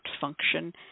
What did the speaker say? function